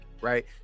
right